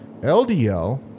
LDL